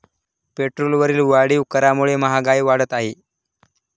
पेट्रोलवरील वाढीव करामुळे महागाई वाढत आहे